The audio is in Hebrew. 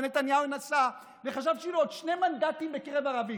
ונתניהו נסע וחשב שיהיו לו עוד שני מנדטים בקרב ערבים,